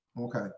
Okay